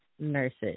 nurses